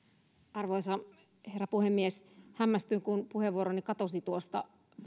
arvoisa herra puhemies hämmästyin kun puheenvuoroni katosi tuosta